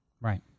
Right